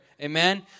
Amen